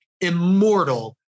immortal